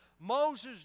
Moses